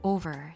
Over